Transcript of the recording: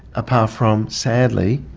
apart from, sadly,